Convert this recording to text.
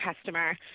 customer